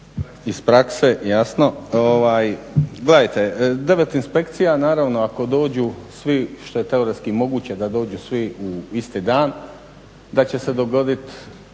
iz prakse jasno. Gledajte 9 inspekcija naravno ako dođu svi što je teoretski moguće da dođu svi u isti dan da će se dogoditi